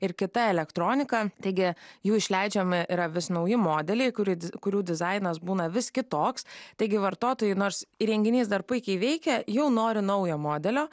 ir kita elektronika taigi jų išleidžiami yra vis nauji modeliai kurie kurių dizainas būna vis kitoks taigi vartotojai nors įrenginys dar puikiai veikia jau nori naujo modelio